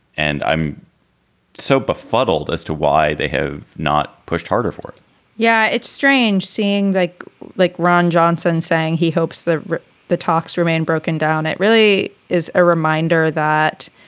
and i'm so befuddled as to why they have not pushed harder for it yeah, it's strange seeing like like ron johnson saying he hopes that the talks remain broken down. it really is a reminder that